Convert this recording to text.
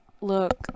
look